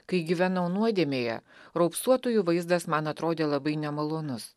kai gyvenau nuodėmėje raupsuotųjų vaizdas man atrodė labai nemalonus